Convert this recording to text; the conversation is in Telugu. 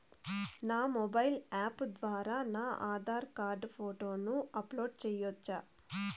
నా మొబైల్ యాప్ ద్వారా నా ఆధార్ కార్డు ఫోటోను అప్లోడ్ సేయొచ్చా?